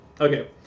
Okay